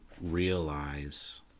realize